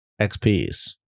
XPs